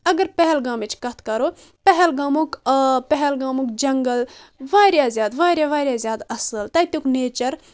اگر پہلگامٕچ کتھ کرو پہلگامُک آب پہلگامُک جنگل واریاہ زیادٕ واریاہ واریاہ زیادٕ اصٕل تتیُک نیچر